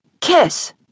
Kiss